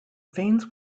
veins